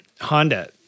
Honda